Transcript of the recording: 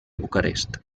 bucarest